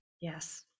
Yes